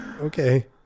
Okay